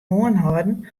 oanholden